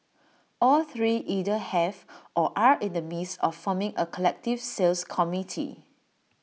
all three either have or are in the midst of forming A collective sales committee